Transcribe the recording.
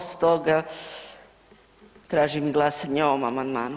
Stoga tražim i glasanje o ovom amandmanu.